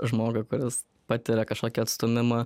žmogui kuris patiria kažkokį atstūmimą